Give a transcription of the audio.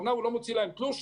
שהוא אומנם לא מוציא להם תלוש,